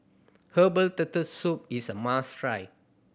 herbal Turtle Soup is a must try